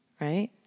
right